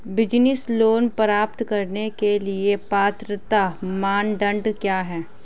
Business loan प्राप्त करने के लिए पात्रता मानदंड क्या हैं?